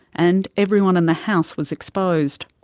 and everyone in the house was exposed.